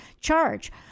charge